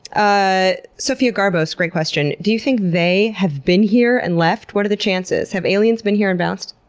ah sophia garbos, great question do you think they have been here and left? what are the chances? have aliens been here and bounced?